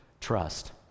trust